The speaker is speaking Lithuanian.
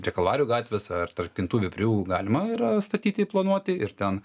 prie kalvarijų gatvės ar tarp kintų veprių galima yra statyti planuoti ir ten